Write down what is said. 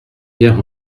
pierre